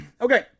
Okay